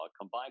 combined